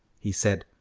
he said,